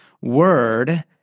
Word